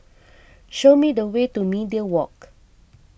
show me the way to Media Walk